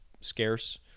scarce